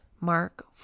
mark